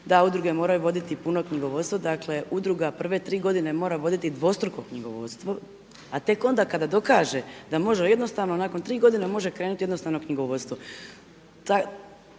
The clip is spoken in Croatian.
da udruge moraju voditi puno knjigovodstvo. Dakle udruga prve tri godine mora voditi dvostruku knjigovodstvo a tek onda kada dokaže da može jednostavno, nakon 3 godine može krenuti jednostavno knjigovodstvo.